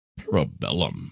Parabellum